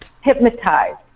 hypnotized